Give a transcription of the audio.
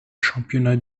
championnats